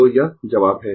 तो यह जवाब है